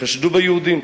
חשדו ביהודים,